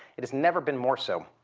it has never been more so.